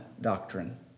doctrine